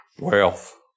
wealth